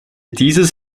dieses